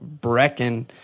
Brecken